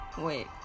Wait